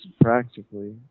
practically